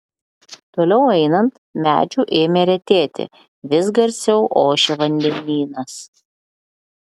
toliau einant medžių ėmė retėti vis garsiau ošė vandenynas